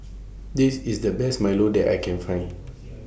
This IS The Best Milo that I Can Find